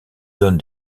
donne